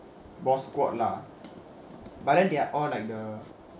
boss squad lah but then they are all like the